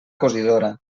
cosidora